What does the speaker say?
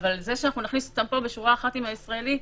אבל זה שנכניס אותם פה בשורה אחת עם הישראלי,